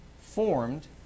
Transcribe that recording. formed